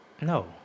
No